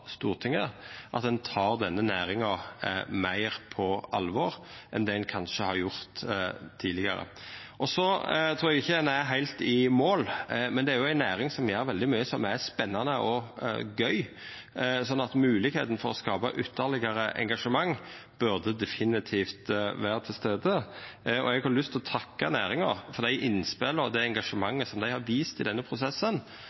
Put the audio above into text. Stortinget, at ein tek denne næringa meir på alvor enn det ein kanskje har gjort tidlegare. Eg trur ikkje ein er heilt i mål, men det er ei næring som gjer veldig mykje som er spennande og gøy, så moglegheita for å skapa ytterlegare engasjement burde definitivt vera til stades. Eg har lyst til å takka næringa for dei innspela og det